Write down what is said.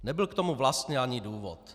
Nebyl k tomu vlastně ani důvod.